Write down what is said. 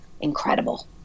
incredible